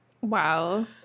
Wow